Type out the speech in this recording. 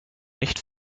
nicht